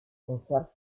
conserve